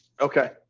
Okay